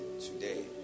Today